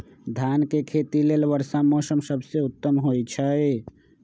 धान के खेती लेल वर्षा मौसम सबसे उत्तम होई छै